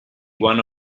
one